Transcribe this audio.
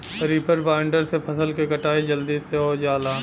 reaper binder से फसल क कटाई जलदी से हो जाला